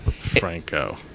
Franco